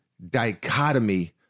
dichotomy